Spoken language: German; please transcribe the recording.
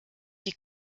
die